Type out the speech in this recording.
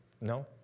no